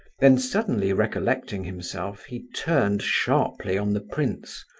then suddenly recollecting himself, he turned sharply on the prince.